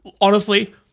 Honestly-